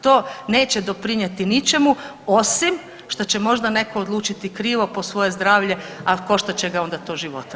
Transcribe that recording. To neće doprinijeti ničemu osim što će možda netko odlučiti krivo po svoje zdravlje, a koštat će ga onda to života.